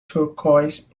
turquoise